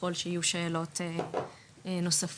ככול שיהיו שאלות נוספות.